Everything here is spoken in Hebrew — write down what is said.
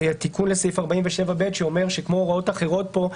תיקון לסעיף 47ב שאומר שכמו הוראות אחרות פה,